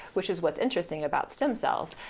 which is what's interesting about stem cells.